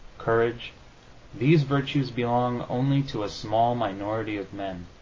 courage these virtues belong only to a small minority of men.